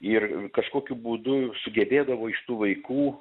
ir kažkokiu būdu sugebėdavo iš tų vaikų